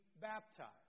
baptized